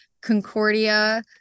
Concordia